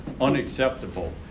Unacceptable